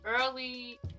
early